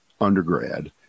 undergrad